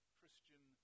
Christian